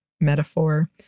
metaphor